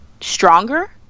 stronger